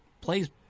plays